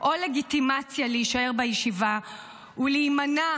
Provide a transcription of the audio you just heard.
או לגיטימציה להישאר בישיבה ולהימנע